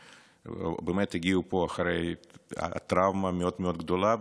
ובאמת הגיעו לפה אחרי טראומה מאוד מאוד גדולה.